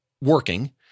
working